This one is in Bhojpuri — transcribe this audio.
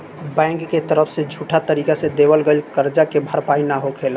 बैंक के तरफ से झूठा तरीका से देवल गईल करजा के भरपाई ना होखेला